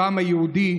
לעם היהודי,